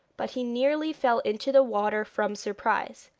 but he nearly fell into the water from surprise,